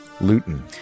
Luton